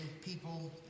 people